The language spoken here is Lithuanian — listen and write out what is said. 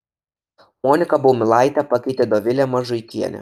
moniką baumilaitę pakeitė dovilė mažuikienė